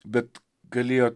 bet galėjo